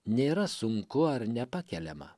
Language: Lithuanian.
nėra sunku ar nepakeliama